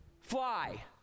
fly